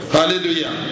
Hallelujah